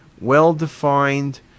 well-defined